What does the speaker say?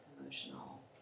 emotional